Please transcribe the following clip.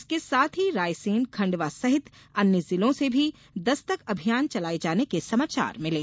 इसके साथ ही रायसेन खंडवा सहित अन्य जिलों से भी दस्तक अभियान चलाये जाने के समाचार मिले हैं